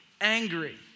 angry